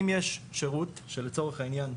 אם יש שירות שלצורך העניין,